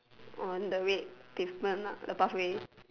on the red pavement ah the pathway